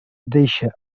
deixa